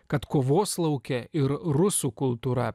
kad kovos lauke ir rusų kultūra